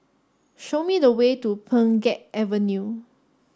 show me the way to Pheng Geck Avenue